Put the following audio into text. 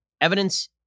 Evidence